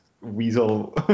weasel